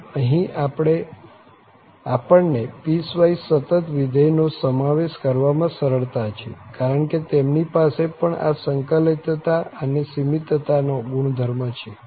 આમ અહીં આપણને પીસવાઈસ સતત વિધેય નો સમાવેશ કરવામાં સરળતા છે કારણ કે તેમની પાસે પણ આ સંકલિતતા અને સીમિતતાનો ગુણધર્મ છે